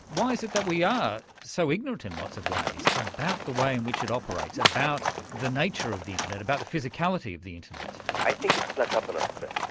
why is it that we are so ignorant in lots of ways about the way in which it operates, about the nature of the internet, about the physicality of the internet? i think it snuck up on us a bit.